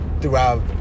throughout